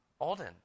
Alden